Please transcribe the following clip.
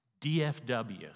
DFW